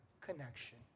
connection